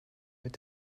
mit